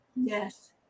Yes